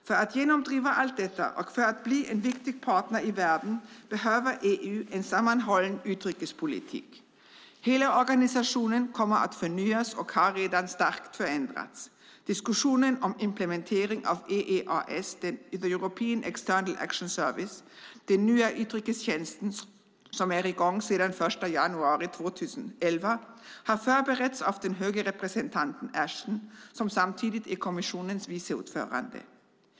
För att genomdriva allt detta och för att bli en viktig partner i världen behöver EU en sammanhållen utrikespolitik. Hela organisationen kommer att förnyas, och den har redan starkt förändrats. Diskussionen om implementering av EEAS, European External Action Service, den nya utrikestjänsten som är i gång sedan den 1 januari 2011, har förberetts av den höga representanten Ashton som samtidigt är kommissionens vice ordförande.